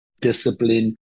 discipline